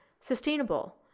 sustainable